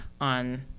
on